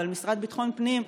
אבל המשרד לביטחון פנים,